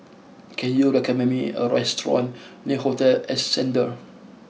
can you recommend me a restaurant near Hotel Ascendere